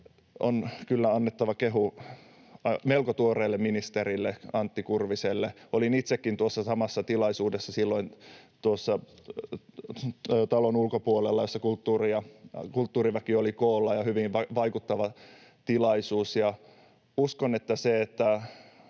on kyllä annettava kehu melko tuoreelle ministerille, Antti Kurviselle. Olin itsekin samassa tilaisuudessa silloin tuossa talon ulkopuolella, kun kulttuuriväki oli koolla. Se oli hyvin vaikuttava tilaisuus. Uskon, että se, että